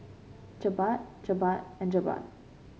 Jebat Jebat and Jebat